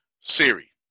Siri